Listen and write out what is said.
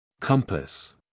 Compass